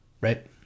Right